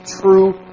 true